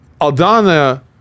Aldana